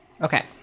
okay